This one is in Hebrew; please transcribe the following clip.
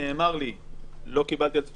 נאמר לי לא קיבלתי על זה תשובות,